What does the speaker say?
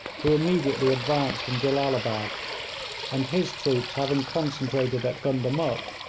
who immediately advanced from jellalabad and his troops having concentrated at gundamuk,